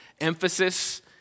emphasis